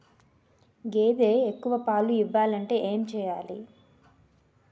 గేదె ఎక్కువ పాలు ఇవ్వాలంటే ఏంటి చెయాలి?